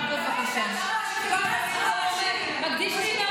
מקדיש לי נאום,